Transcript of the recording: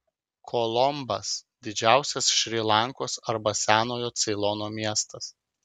kolombas didžiausias šri lankos arba senojo ceilono miestas